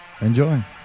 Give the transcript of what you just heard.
enjoy